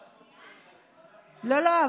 לא, לא.